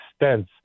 stents